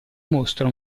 mostra